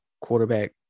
quarterback